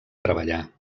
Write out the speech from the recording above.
treballar